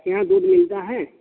یہاں دودھ ملتا ہے